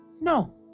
No